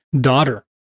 daughter